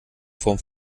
form